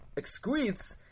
excretes